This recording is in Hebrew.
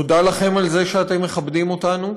תודה לכם על זה שאתם מכבדים אותנו,